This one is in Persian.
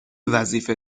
وظیفه